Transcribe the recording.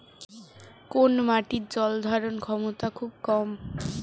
কোন মাটির জল ধারণ ক্ষমতা খুব কম?